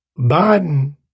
Biden